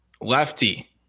Lefty